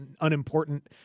unimportant